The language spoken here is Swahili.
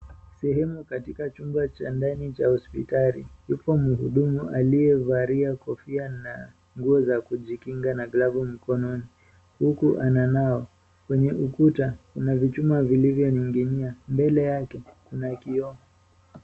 Sehemu katika chumba cha ndani cha hospitali yupo mhudumu aliyevalia kofia na nguo za kujikinga na glovu mkononi huku ananawa, kwenye ukuta kuna vichuma vilivyoninginia mbele yake kuna kioo.